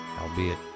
albeit